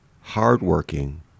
hardworking